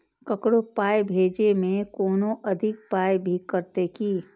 ककरो पाय भेजै मे कोनो अधिक पाय भी कटतै की?